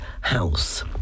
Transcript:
House